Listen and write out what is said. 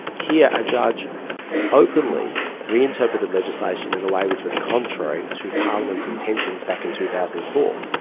here a judge openly reinterpreted legislation in a way which was contrary to parliament's intentions back in two thousand and four.